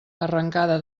arrancada